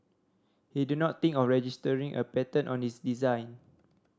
he did not think of registering a patent on his design